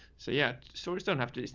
so yeah, so just don't have to,